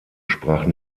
sprach